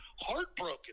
heartbroken